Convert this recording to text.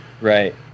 right